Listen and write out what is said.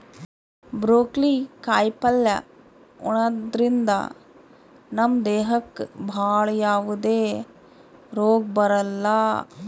broccoli ಕಾಯಿಪಲ್ಯ ಉಣದ್ರಿಂದ ನಮ್ ದೇಹಕ್ಕ್ ಭಾಳ್ ಯಾವದೇ ರೋಗ್ ಬರಲ್ಲಾ